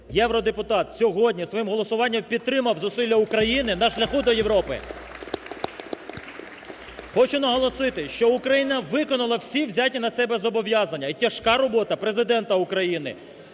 євродепутат сьогодні своїм голосуванням підтримав зусилля України на шляху до Європи. (Оплески) Хочу наголосити, що Україна виконала всі взяті на себе зобов'язання, і тяжка робота Президента України,